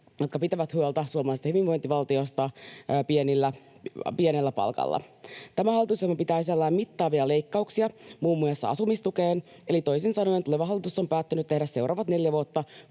jotka pitävät huolta suomalaisesta hyvinvointivaltiosta pienellä palkalla. Tämä hallitusohjelma pitää sisällään mittavia leikkauksia muun muassa asumistukeen, eli toisin sanoen tuleva hallitus on päättänyt tehdä seuraavat neljä vuotta